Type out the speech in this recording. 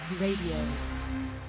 Radio